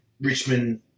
Richmond